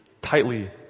tightly